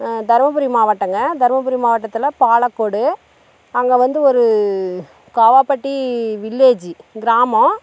தர்மபுரி மாவட்டங்க தர்மபுரி மாவட்டத்தில் பாலக்கோடு அங்கே வந்து ஒரு காவாப்பட்டி வில்லேஜி கிராமம்